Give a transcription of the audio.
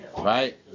Right